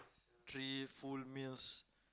three full meals